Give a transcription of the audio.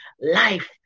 life